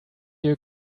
you